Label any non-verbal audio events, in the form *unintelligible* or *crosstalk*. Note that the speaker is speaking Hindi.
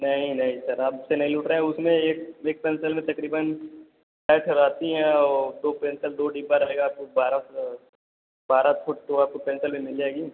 नहीं नहीं सर हमसे नहीं लूट रहें उसमें एक एक पेंसिल में तकरीबन *unintelligible* ठो रहती हैं औ दो पेंसल दो डब्बा रहेगा आपकाे बारह *unintelligible* बारह फुट सोलह फुट पेन्सल भी मिल जाएगी